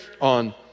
on